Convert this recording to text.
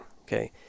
Okay